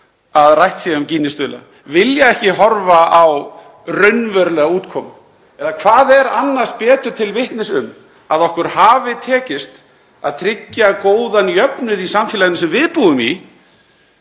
að rætt sé um Gini-stuðla, vilja ekki horfa á raunverulega útkomu. Eða hvað er annars betur til vitnis um að okkur hafi tekist að tryggja góðan jöfnuð í samfélaginu sem við búum í